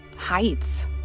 heights